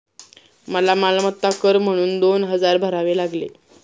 मला मालमत्ता कर म्हणून दोन हजार भरावे लागले